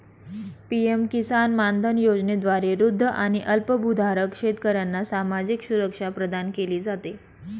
PM किसान मानधन योजनेद्वारे वृद्ध आणि अल्पभूधारक शेतकऱ्यांना सामाजिक सुरक्षा प्रदान केली जाते